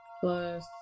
plus